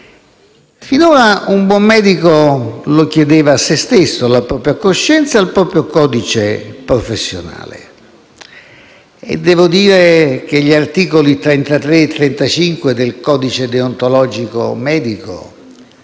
Finora un buon medico lo chiedeva a se stesso, alla propria coscienza e al proprio codice professionale, e devo dire che gli articoli 33 e 35 del codice di deontologia medica